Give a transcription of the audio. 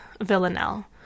Villanelle